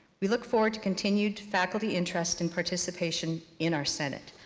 we look forward to continued faculty interest and participation in our senate.